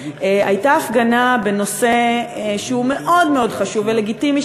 הייתה הפגנה בנושא שהוא מאוד מאוד חשוב ולגיטימי,